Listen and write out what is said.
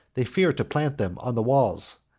they feared to plant them on the walls,